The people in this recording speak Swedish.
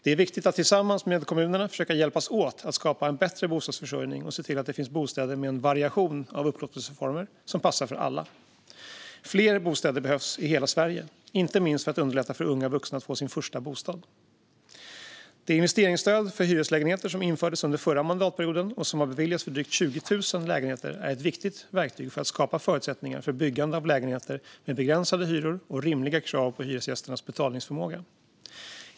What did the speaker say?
Det är viktigt att tillsammans med kommunerna försöka hjälpas åt att skapa en bättre bostadsförsörjning och se till att det finns bostäder med en variation av upplåtelseformer som passar för alla. Fler bostäder behövs i hela Sverige, inte minst för att underlätta för unga vuxna att få sin första bostad. Det investeringsstöd för hyreslägenheter som infördes under förra mandatperioden och som har beviljats för drygt 20 000 lägenheter är ett viktigt verktyg för att skapa förutsättningar för byggande av lägenheter med begränsade hyror och rimliga krav på hyresgästernas betalningsförmåga.